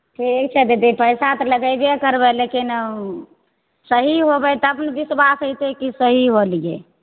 ठीक छै दीदी पैसा तऽ लगैबे करबै लेकिन सही होबै तब ने विश्वास होइ छै की सही होलियै